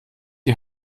die